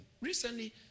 Recently